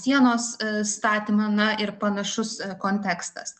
sienos statymą na ir panašus kontekstas